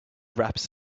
raps